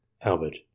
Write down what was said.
Albert